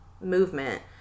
movement